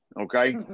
okay